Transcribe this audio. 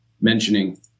mentioning